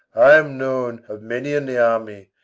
i am known of many in the army.